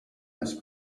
this